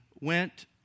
went